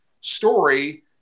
story